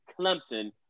Clemson